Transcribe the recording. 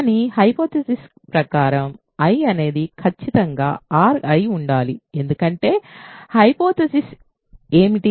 కానీ హైపోథెసిస్ ప్రకారం I అనేది ఖచ్చితంగా R అయి ఉండాలి ఎందుకంటే హైపోథెసిస్ ఏమిటి